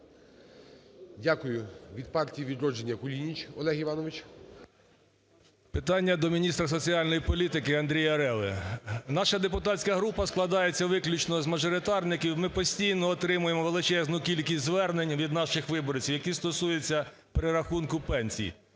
Дякую. Від "Партії "Відродження"Кулініч Олег Іванович. 10:28:18 КУЛІНІЧ О.І. Питання до міністра соціальної політики Андрія Реви. Наша депутатська група складається виключно змажоритарників. Ми постійно отримуємо величезну кількість звернень від наших виборців, які стосуються перерахунку пенсій.